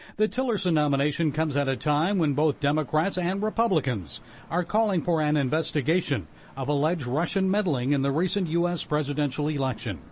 the tillerson nomination comes at a time when both democrats and republicans are calling for an investigation of alleged russian meddling in the recent u s. presidential election.